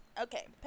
okay